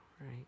right